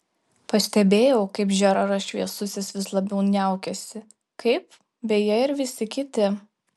pastebėjau kad žeraras šviesusis vis labiau niaukiasi kaip beje ir visi kiti